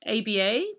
ABA